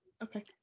Okay